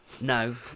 no